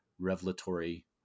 revelatory